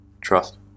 Trust